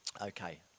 okay